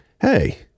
Hey